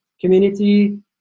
community